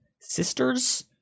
sisters